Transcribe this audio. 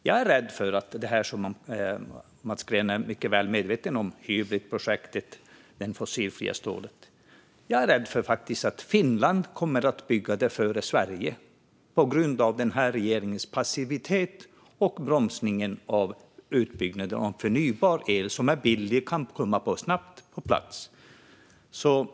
Jag är rädd att Finland hinner före med det fossilfria stålet på grund av den svenska regeringens passivitet och att man bromsat utbyggnaden av förnybar el, som är billig och kan komma snabbt på plats.